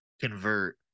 convert